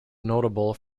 notable